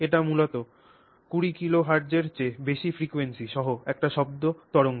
এটি মূলত 20 কিলো হার্টজের চেয়ে বেশি ফ্রিকোয়েন্সি সহ একটি শব্দ তরঙ্গ